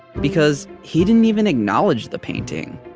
because he didn't even acknowledge the painting.